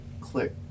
click